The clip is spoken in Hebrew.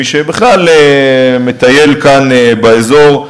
מי שבכלל מטייל כאן באזור,